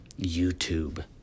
YouTube